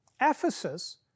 Ephesus